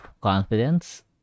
confidence